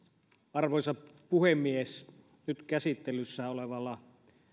arvoisa puhemies nyt käsittelyssä olevalla